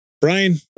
Brian